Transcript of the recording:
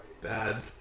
bad